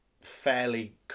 fairly